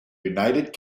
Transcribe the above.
united